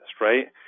right